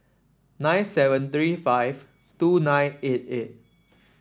nine seven three five two nine eight eight